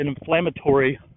inflammatory